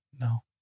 No